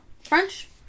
French